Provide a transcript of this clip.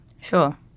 Sure